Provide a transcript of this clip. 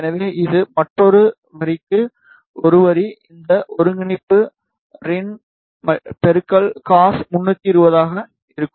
எனவே இது மற்றொரு வரிக்கு ஒரு வரி இந்த ஒருங்கிணைப்பு ரின் cos320 ஆக இருக்கும்